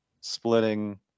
splitting